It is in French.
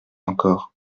encore